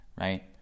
right